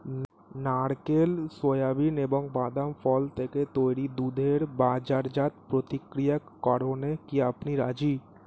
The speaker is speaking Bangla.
নারকেল, সোয়াবিন এবং বাদাম ফল থেকে তৈরি দুধের বাজারজাত প্রক্রিয়াকরণে কি আপনি রাজি?